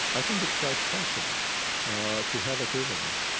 i think it's quite possible to have equivalents